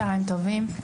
צוהריים טובים,